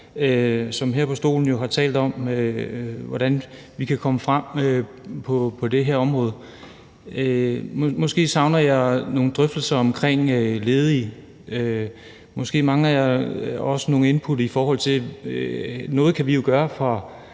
som her fra talerstolen jo har talt om, hvordan vi kan komme frem på det her område. Måske savner jeg nogle drøftelser omkring ledige, og måske mangler jeg også nogle input. Noget kan vi jo gøre fra